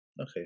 Okay